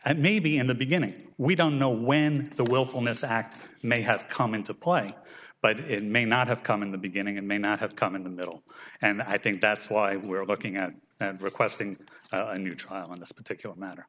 and maybe in the beginning we don't know when the willfulness act may have come into play but it may not have come in the beginning it may not have come in the middle and i think that's why we're looking at that requesting a new trial in this particular matter